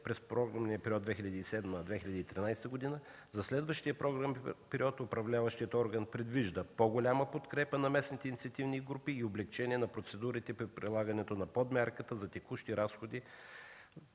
през програмния период 2007-2013 г. за следващия програмен период, управляващият орган предвижда по-голяма подкрепа на местните инициативни групи и облекчение на процедурите при прилагането на подмярката за текущи разходи.